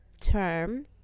term